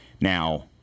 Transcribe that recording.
now